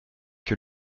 que